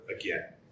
again